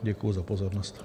Děkuji za pozornost.